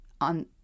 on